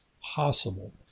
possible